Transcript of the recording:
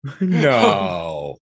No